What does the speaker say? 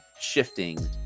shifting